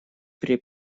при